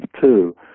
two